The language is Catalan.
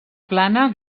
plana